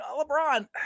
LeBron